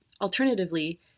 Alternatively